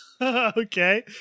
Okay